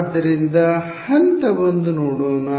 ಆದ್ದರಿಂದ ಹಂತ 1 ನೋಡೋಣ